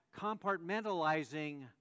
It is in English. compartmentalizing